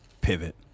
pivot